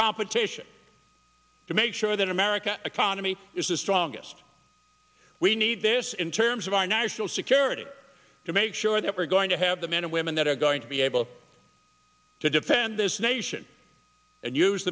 competition to make sure that america economy is the strongest we need this in terms of our national security to make sure that we're going to have the men and women that are going to be able to defend this nation and use